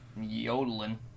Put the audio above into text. yodeling